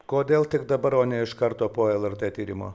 kodėl tik dabar o ne iš karto po lrt tyrimo